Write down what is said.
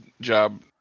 job